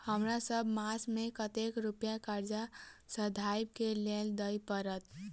हमरा सब मास मे कतेक रुपया कर्जा सधाबई केँ लेल दइ पड़त?